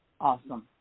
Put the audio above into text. Awesome